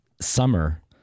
summer